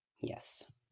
Yes